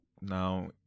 now